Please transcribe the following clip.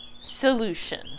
solution